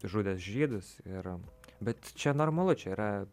žudęs žydus ir bet čia normalu čia yra